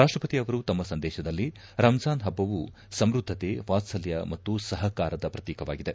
ರಾಷ್ಟಪತಿ ಅವರು ತಮ್ಮ ಸಂದೇಶದಲ್ಲಿ ರಂಜಿಾನ್ ಹಬ್ಬವು ಸಮೃದ್ದತೆ ವಾತ್ಸಲ್ಹ ಮತ್ತು ಸಹಕಾರದ ಪ್ರತೀಕವಾಗಿದೆ